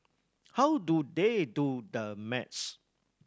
how do they do the maths